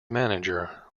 manager